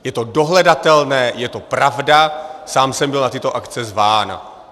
Je to dohledatelné, je to pravda, sám jsem byl na tyto akce zván.